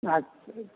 अच्छा